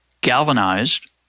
galvanized